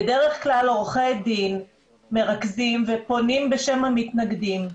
אלה בדרך כלל עורכי דין שמרכזים ופונים בשם המתנגדים,